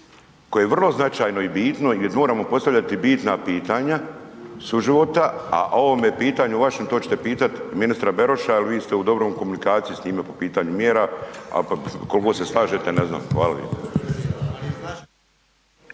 koje je vrlo značajno i bitno i gdje moramo postavljati bitna pitanja suživota a o ovome pitanju vašem, to ćete pitat ministra Beroša jer vi ste u dobroj komunikaciji s njime po pitanju mjera, koliko se slažete, ne znam. Hvala